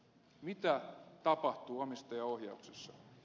mitä tapahtuu omistaja ohjauksessa